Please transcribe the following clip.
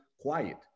quiet